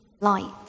light